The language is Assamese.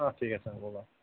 অঁ ঠিক আছে হ'ব বাৰু